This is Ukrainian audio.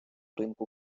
ринку